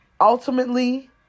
Ultimately